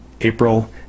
April